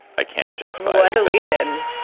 i can't justify. i believe in.